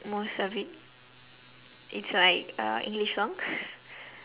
most of it it's like uh english songs